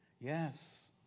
Yes